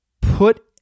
put